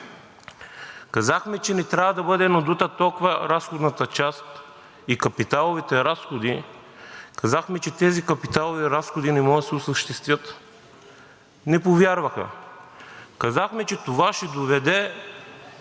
Казахме, че не трябва да бъдат надути толкова разходната част и капиталовите разходи. Казахме, че тези капиталови разходи не може да се осъществят. Не повярваха. Казахме, че това ще доведе